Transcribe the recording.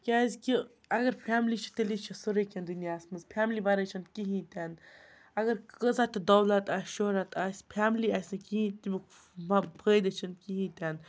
کیٛازِکہِ اگر فیملی چھِ تیٚلی چھِ سٲرٕے کینٛہہ دُنیاہَس منٛز فیملی وَرٲے چھَنہٕ کِہیٖنۍ تہِ نہٕ اگر کۭژاہ تہِ دولت آسہِ شہرت آسہِ فیملی آسہِ نہٕ کِہیٖنۍ تَمیُک فٲیدٕ چھِنہٕ کِہیٖنۍ تہِ نہٕ